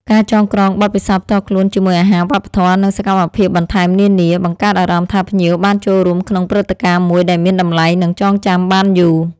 ការចងក្រងបទពិសោធន៍ផ្ទាល់ខ្លួនជាមួយអាហារ វប្បធម៌ និងសកម្មភាពបន្ថែមនានា បង្កើតអារម្មណ៍ថាភ្ញៀវបានចូលរួមក្នុងព្រឹត្តិការណ៍មួយដែលមានតម្លៃ និងចងចាំបានយូរ។